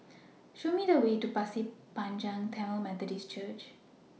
Show Me The Way to Pasir Panjang Tamil Methodist Church